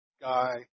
guy